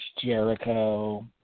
Jericho